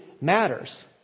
matters